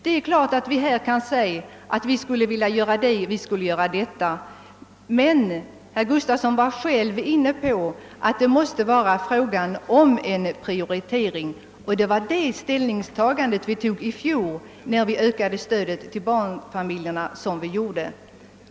Man kan givetvis säga att vi skulle vilja göra det och vi skulle vilja göra det, men herr Gustavsson var själv inne på tanken att det måste vara fråga om en prioritering. Det var det ställningstagandet vi tog i fjol, när vi ökade stödet till barnfamiljerna på sätt som skedde.